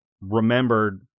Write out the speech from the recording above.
remembered